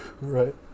Right